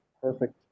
perfect